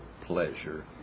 pleasure